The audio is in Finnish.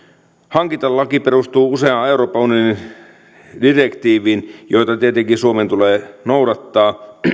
hankintalaki perustuu useaan euroopan unionin direktiiviin joita tietenkin suomen tulee noudattaa